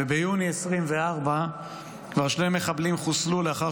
וביוני 2024 כבר שני מחבלים חוסלו לאחר